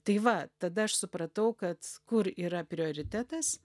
tai va tada aš supratau kad kur yra prioritetas